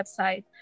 website